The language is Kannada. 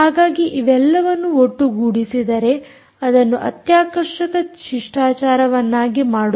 ಹಾಗಾಗಿ ಇವೆಲ್ಲವನ್ನೂ ಒಟ್ಟುಗೂಡಿಸಿದರೆ ಅದನ್ನು ಅತ್ಯಾಕರ್ಷಕ ಶಿಷ್ಟಾಚಾರವನ್ನಾಗಿ ಮಾಡುತ್ತದೆ